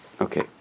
okay